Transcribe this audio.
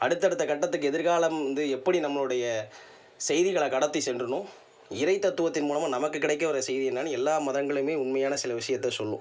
அடுத்தடுத்த கட்டத்துக்கு எதிர்காலம் வந்து எப்படி நம்மளுடைய செய்திகளை கடத்தி சென்றணும் இறைத்தத்துவத்தின் மூலமாக நமக்கு கிடைக்கவர செய்தி என்னானு எல்லா மதங்களுமே உண்மையான சில விஷயத்தை சொல்லும்